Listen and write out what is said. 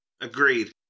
Agreed